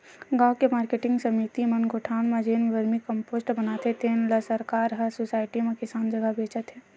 गाँव के मारकेटिंग समिति मन गोठान म जेन वरमी कम्पोस्ट बनाथे तेन ल सरकार ह सुसायटी म किसान जघा बेचत हे